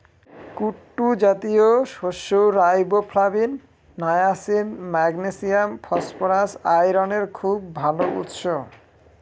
কুট্টু জাতীয় শস্য riboflavin, niacin, magnesium, phosphorus, আয়রনের খুব ভাল উৎস